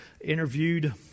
interviewed